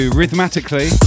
rhythmatically